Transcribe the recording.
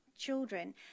children